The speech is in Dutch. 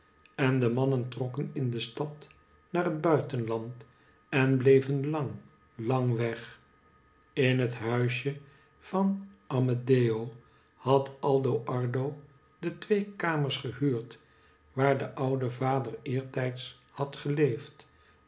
en de mannen trokken in de stad naar het buitenland en bleven lang lang weg in het huisje van amedeo had aldo ardo de twee kamers gehuurd waar de oude vader eertijds had geleefd